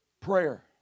prayer